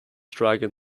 dragon